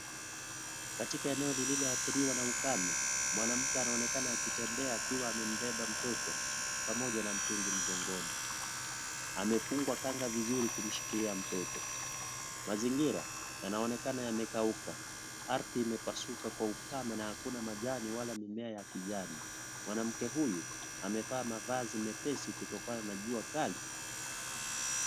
Katika eneo lililoadhiriwa na ukame, mwanamke anaonekana akitembea akiwa amembeba mtoto pamoja na mtungi mgongoni, amefungwa kanga vizuri kumshikilia mtoto, mazingira yanaonekana yamekauka, ardhi imepasuka kwa ukame na hakuna majani wala mimea ya kijani, mwanamke huyu amevaa mavazi mepesi kutokana na jua kali.